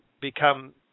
become